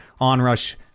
Onrush